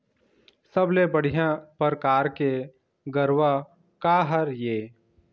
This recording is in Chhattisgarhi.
सबले बढ़िया परकार के गरवा का हर ये?